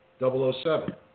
007